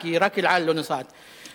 כי רק "אל על" לא נוסעת בשבת.